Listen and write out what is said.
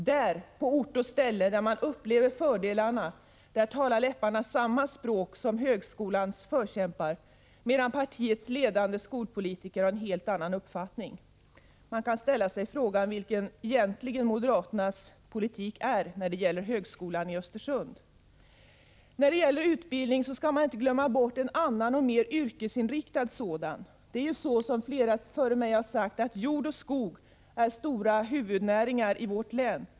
När man på ort och ställe upplever fördelarna, talar läpparna samma språk som högskolans förkämpar, medan partiets ledande skolpolitiker har en helt annan uppfattning. Man kan ställa sig frågan vilken moderaternas politik egentligen är beträffande högskolan i Östersund. När det gäller utbildning skall man inte glömma bort en annan och mer yrkesinriktad sådan. Det är ju så, som flera före mig har sagt, att jord och skog är stora huvudnäringar i vårt län.